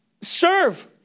serve